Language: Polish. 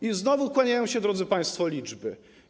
I znowu kłaniają się, drodzy państwo, liczby.